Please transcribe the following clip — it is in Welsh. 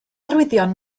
arwyddion